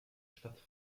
stadt